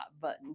button